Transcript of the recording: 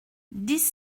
dix